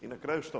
I na kraju što?